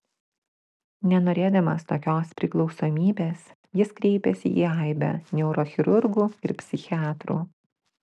nenorėdamas tokios priklausomybės jis kreipėsi į aibę neurochirurgų ir psichiatrų